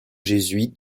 jésuite